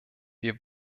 wir